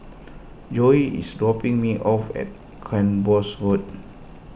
Joelle is dropping me off at Cranbornes Road